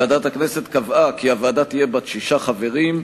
ועדת הכנסת קבעה כי הוועדה תהיה בת שישה חברים,